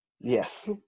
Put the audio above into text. Yes